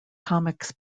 comics